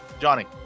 Johnny